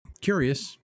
curious